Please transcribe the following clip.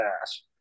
ass